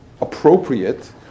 appropriate